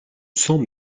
cent